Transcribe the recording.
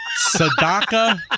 Sadaka